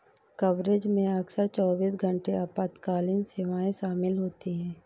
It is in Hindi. कवरेज में अक्सर चौबीस घंटे आपातकालीन सेवाएं शामिल होती हैं